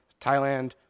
Thailand